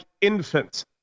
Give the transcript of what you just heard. infants